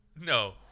No